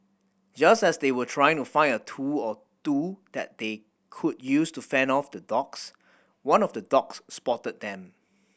just as they were trying to find a tool or two that they could use to fend off the dogs one of the dogs spotted them